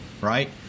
right